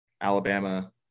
Alabama